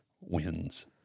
wins